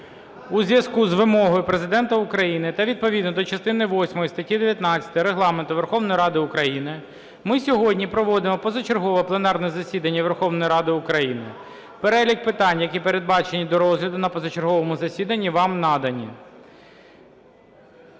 У зв'язку з вимогою Президента України та відповідно до частини восьмої статті 19 Регламенту Верховної Ради України ми сьогодні проводимо позачергове пленарне засідання Верховної Ради України. Перелік питань, які передбачені до розгляду на позачерговому засіданні, вам наданий.